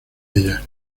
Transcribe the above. ella